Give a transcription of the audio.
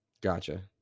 gotcha